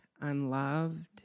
unloved